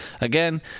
again